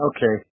Okay